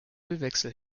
ölwechsel